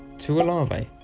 to a larvae,